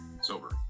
sober